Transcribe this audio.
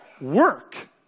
work